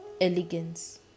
elegance